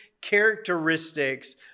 characteristics